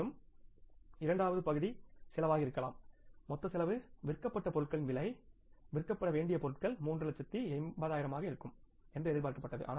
மேலும் இரண்டாவது பகுதி செலவாக இருக்கலாம் மொத்த செலவு விற்கப்பட்ட பொருட்களின் விலை விற்கப்பட வேண்டிய பொருட்கள் 380000 ஆக இருக்கும் என்று எதிர்பார்க்கப்பட்டது